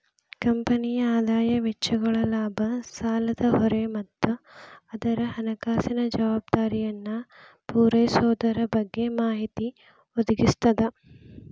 ಕಂಪನಿಯ ಆದಾಯ ವೆಚ್ಚಗಳ ಲಾಭ ಸಾಲದ ಹೊರೆ ಮತ್ತ ಅದರ ಹಣಕಾಸಿನ ಜವಾಬ್ದಾರಿಯನ್ನ ಪೂರೈಸೊದರ ಬಗ್ಗೆ ಮಾಹಿತಿ ಒದಗಿಸ್ತದ